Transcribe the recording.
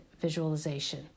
visualization